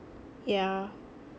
yeah